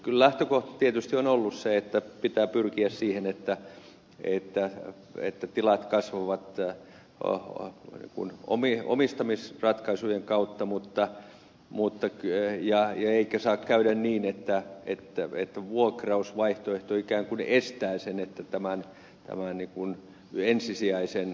kyllä lähtökohta tietysti on ollut se että pitää pyrkiä siihen että tilat kasvavat omistamisratkaisujen kautta eikä saa käydä niin että vuokrausvaihtoehto ikään kuin estää tämän ensisijaisen laajenemisvaihtoehdon